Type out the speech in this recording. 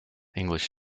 english